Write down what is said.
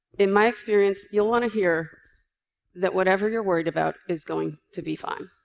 in my experience, you'll want to hear that whatever you're worried about is going to be fine.